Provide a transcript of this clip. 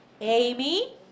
Amy